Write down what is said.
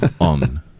on